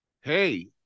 Hey